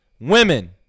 Women